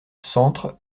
centre